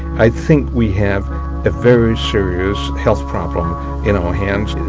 i think we have a very serious health problem in our hands.